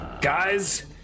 guys